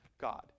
God